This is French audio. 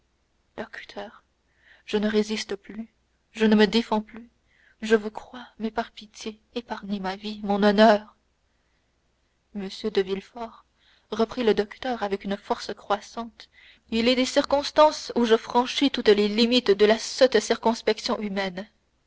je ne résiste plus je ne me défends plus je vous crois mais par pitié épargnez ma vie mon honneur monsieur de villefort reprit le docteur avec une force croissante il est des circonstances où je franchis toutes les limites de la sotte circonspection humaine